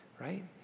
right